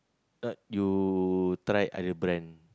uh you try other brand